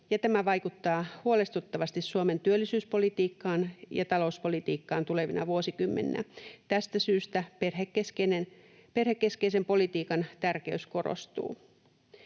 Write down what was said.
tämä vaikuttaa huolestuttavasti Suomen työllisyyspolitiikkaan ja talouspolitiikkaan tulevina vuosikymmeninä. Tästä syystä perhekeskeisen politiikan tärkeys korostuu.